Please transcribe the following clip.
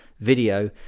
video